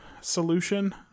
solution